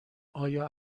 آیا